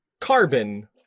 carbon